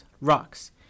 rocks